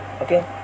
okay